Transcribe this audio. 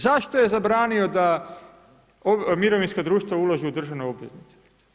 Zašto je zabranio, da mirovinska društva ulažu u državne obveznice?